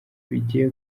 bigiye